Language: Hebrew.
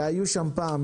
שהיו שם פעם,